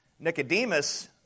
Nicodemus